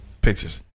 pictures